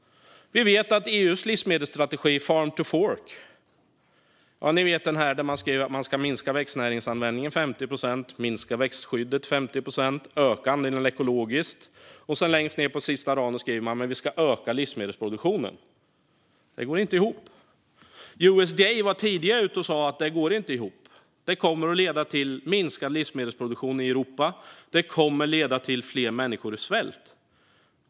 EU:s livsmedelsstrategi Farm to Fork innebär att man ska minska växtnäringsanvändningen med 50 procent, minska växtskyddet med 50 procent och öka andelen ekologiskt. Och längst ned på sista raden skriver man att vi ska öka livsmedelsproduktionen. Det går inte ihop. USDA var tidigt ute och sa att det inte går ihop, att det kommer att leda till minskad livsmedelsproduktion i Europa och till fler människor i svält.